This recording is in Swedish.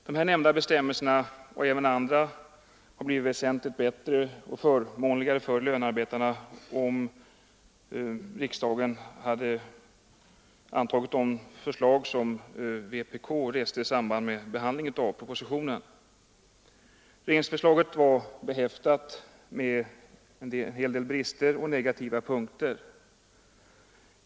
De här nämnda bestämmelserna, och även andra, hade blivit väsentligt bättre och förmånligare för lönarbetarna, om riksdagen hade antagit de förslag som vpk reste i samband med behandlingen av propositionen då. Regeringsförslaget var behäftat med en hel del brister och innehöll negativa punkter.